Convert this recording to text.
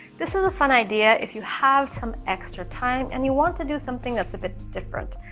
this is a fun idea if you have some extra time and you want to do something that's a bit different.